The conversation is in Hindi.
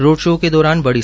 रोड शो के दौरान बड़ी